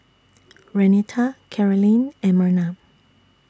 Renita Karolyn and Merna